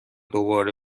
دوباره